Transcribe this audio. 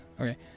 Okay